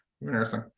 Interesting